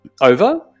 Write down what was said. over